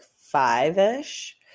five-ish